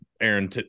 Aaron